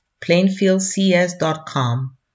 plainfieldcs.com